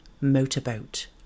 motorboat